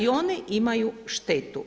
I oni imaju štetu.